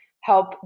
help